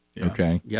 Okay